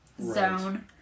zone